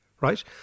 right